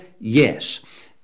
Yes